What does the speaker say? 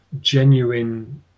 genuine